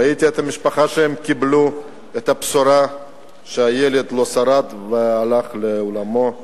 ראיתי את המשפחה כשהם קיבלו את הבשורה שהילד לא שרד והלך לעולמו.